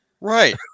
Right